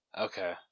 Okay